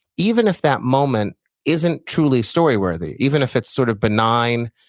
even if that moment isn't truly story-worthy, even if it's sort of benign,